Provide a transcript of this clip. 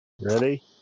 Ready